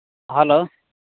hello